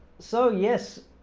so, yes,